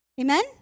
Amen